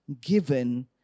given